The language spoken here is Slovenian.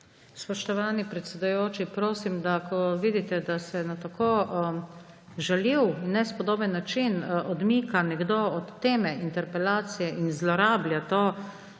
Spoštovani predsedujoči, prosim, da ko vidite, da se nekdo na tako žaljiv in nespodoben način odmika od teme interpelacije in zlorablja to